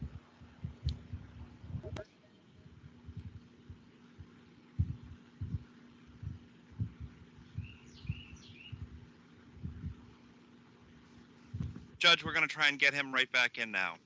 judge we're going to try and get him right back in now